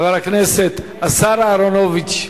חבר הכנסת, השר אהרונוביץ,